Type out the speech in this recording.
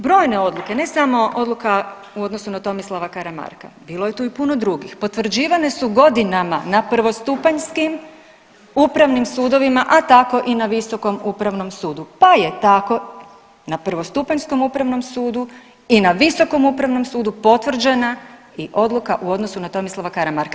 Brojne odluke, ne samo odluka u odnosu na Tomislava Karamarka, bilo je tu i puno drugih, potvrđivane su godinama na prvostupanjskim upravnim sudovima, a tko i na Viskom upravnom sudu, pa je tako na prvostupanjskom Upravnom sudu i na Visokom upravnom sudu potvrđena i odluka u odnosu na Tomislava Karamarka.